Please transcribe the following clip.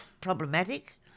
problematic